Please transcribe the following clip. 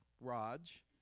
Raj